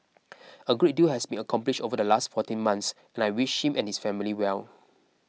a great deal has been accomplished over the last fourteen months and I wish him and his family well